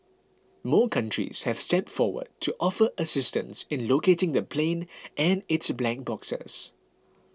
more countries have stepped forward to offer assistance in locating the plane and its black boxes